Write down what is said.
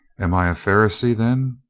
am i a pharisee, then?